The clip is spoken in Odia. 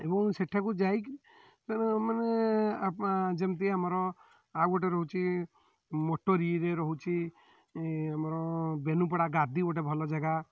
ଏବଂ ସେଠାକୁ ଯାଇକି ମାନେ ଯେମତି ଆମର ଆଉ ଗୋଟେ ରହୁଚି ମୋଟୋରିରେ ରହୁଛି ଆମର ବେନୁପଡ଼ା ଗାଦି ଗୋଟେ ଭଲ ଜାଗା